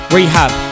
Rehab